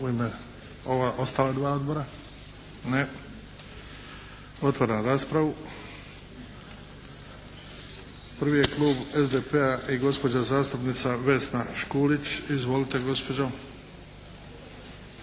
u ime ova ostala dva odbora? Ne. Otvaram raspravu. Prvi je klub SDP-a i gospođa zastupnica Vesna Škulić. Izvolite, gospođo.